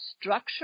structure